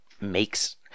makes